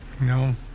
No